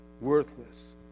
Worthless